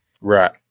Right